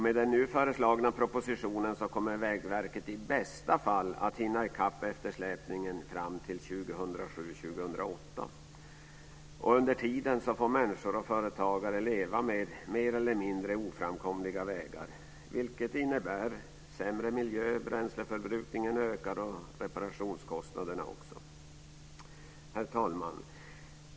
Med den nu föreslagna propositionen kommer Vägverket i bästa fall att hinna i kapp eftersläpningen fram till 2007-2008. Under tiden får människor och företagare leva med mer eller mindre oframkomliga vägar, vilket innebär sämre miljö, högre bränsleförbrukning och ökade reparationskostnader. Herr talman!